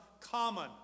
common